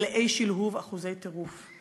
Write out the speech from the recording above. מלאי שלהוב, אחוזי טירוף.